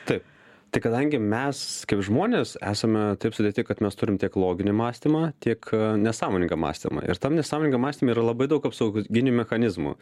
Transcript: taip tai kadangi mes kaip žmonės esame taip sudėti kad mes turim tiek loginį mąstymą tiek nesąmoningą mąstymą ir tam nesąmoningam mąstyme yra labai daug apsauginių mechanizmų